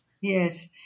Yes